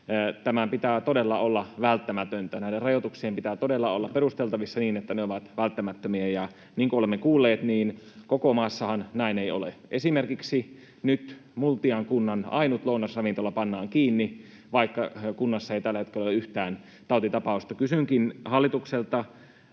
tämän pitää todella olla välttämätöntä — näiden rajoituksien pitää todella olla perusteltavissa niin, että ne ovat välttämättömiä — ja niin kuin olemme kuulleet, koko maassahan näin ei ole. Esimerkiksi nyt Multian kunnan ainut lounasravintola pannaan kiinni, vaikka kunnassa ei tällä hetkellä ole yhtään tautitapausta. Kysynkin hallitukselta